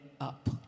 up